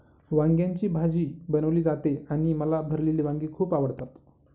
वांग्याची भाजी बनवली जाते आणि मला भरलेली वांगी खूप आवडतात